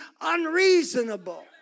unreasonable